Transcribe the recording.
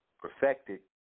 perfected